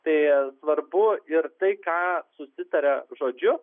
tai svarbu ir tai ką susitaria žodžiu